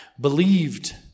believed